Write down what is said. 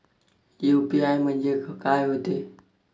UPI म्हणजे का होते?